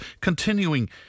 continuing